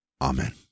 Amen